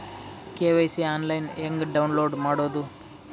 KYC online ಹೆಂಗ್ download ಮಾಡೋದು?